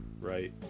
right